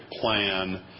plan